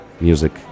music